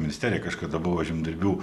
ministeriją kažkada buvo žemdirbių